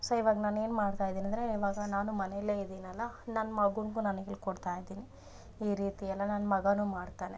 so ಇವಾಗ ನಾನು ಏನ್ಮಾಡ್ತಾಯಿದಿನಿ ಅಂದರೆ ಇವಾಗ ನಾನು ಮನೇಯಲ್ಲೆ ಇದೀನಲ್ಲಾ ನನ್ನ ಮಗನ್ಗು ನಾನು ಹೇಳ್ಕೊಡ್ತಾಯಿದೀನಿ ಈ ರೀತಿಯೆಲ್ಲ ನನ್ನ ಮಗನೂ ಮಾಡ್ತಾನೆ